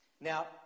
Now